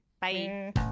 bye